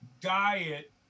diet